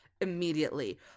immediately